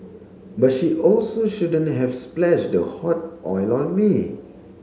but she also shouldn't have splashed the hot oil on me